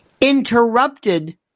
interrupted